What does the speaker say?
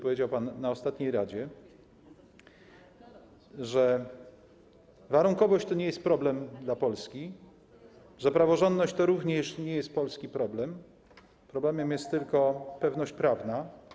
Powiedział pan na ostatnim posiedzeniu Rady, że warunkowość to nie jest problem dla Polski, że praworządność to również nie jest polski problem, problemem jest tylko pewność prawna.